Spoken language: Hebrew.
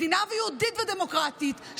מדינה יהודית ודמוקרטית,